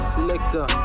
Selector